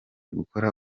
gukora